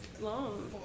long